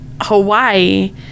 Hawaii